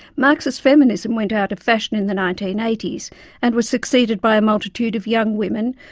marxist feminism went out of fashion in the nineteen-eighties and was succeeded by a multitude of young women,